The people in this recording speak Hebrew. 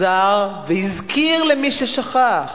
וחזר והזכיר למי ששכח,